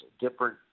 different